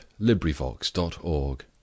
LibriVox.org